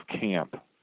camp